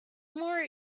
more